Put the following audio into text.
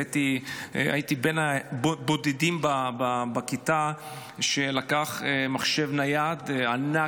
הייתי בין הבודדים בכיתה שלקחו מחשב נייד ענק,